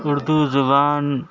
اردو زبان